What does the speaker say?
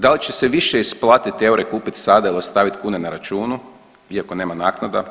Da li će se više isplatiti eure kupit sada ili ostavit kune na računu iako nema naknada?